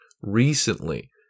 recently